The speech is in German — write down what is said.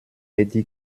medi